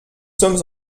sommes